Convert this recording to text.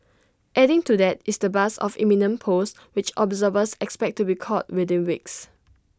adding to that is the buzz of imminent polls which observers expect to be called within weeks